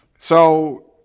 so,